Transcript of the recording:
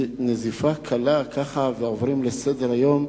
נזיפה קלה ועוברים לסדר-היום.